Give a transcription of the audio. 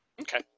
Okay